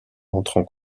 entrent